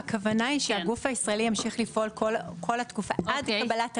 הכוונה היא שהגוף הישראלי ימשיך לפעול במשך כל התקופה עד קבלת הרישיון,